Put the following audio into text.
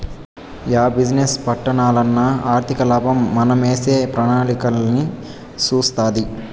yeah business పెట్టాలన్నా ఆర్థికలాభం మనమేసే ప్రణాళికలన్నీ సూస్తాది